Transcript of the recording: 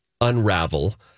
unravel